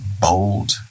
bold